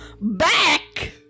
back